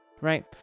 Right